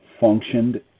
functioned